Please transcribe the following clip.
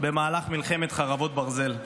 במהלך מלחמת חרבות ברזל.